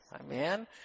Amen